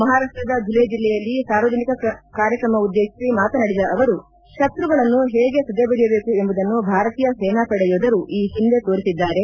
ಮಹಾರಾಪ್ಲದ ಧುರೆ ಜಿಲ್ಲೆಯಲ್ಲಿ ಸಾರ್ವಜನಿಕ ಕಾರ್ಯಕ್ರಮ ಉದ್ದೇಶಿಸಿ ಮಾತನಾಡಿದ ಅವರು ಶತ್ರುಗಳನ್ನು ಹೇಗೆ ಸದೆಬಡಿಯಬೇಕು ಎಂಬುದನ್ನು ಭಾರತೀಯ ಸೇನಾಪಡೆ ಯೋಧರು ಈ ಹಿಂದೆ ತೋರಿಸಿದ್ದಾರೆ